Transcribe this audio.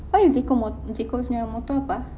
what is fiqul's mot~ fiqul's punya motor apa ah